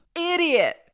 Idiot